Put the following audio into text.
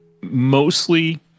mostly